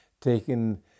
taken